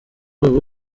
ubu